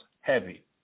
heavy